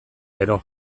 gero